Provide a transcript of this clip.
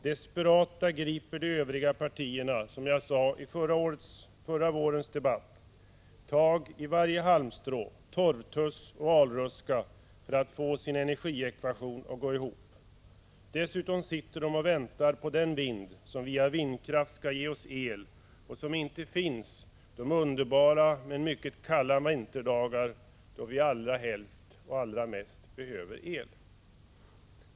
Desperata griper de övriga partierna — som jag sade i förra vårens debatt — tag i varje halmstrå, torvtuss och alruska för att få energiekvationen att gå ihop. Dessutom sitter de och väntar på den vind som via vindkraft skall ge oss el och som inte finns de underbara men mycket kalla vinterdagar då vi allra helst och allra mest behöver el.